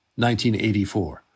1984